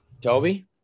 Toby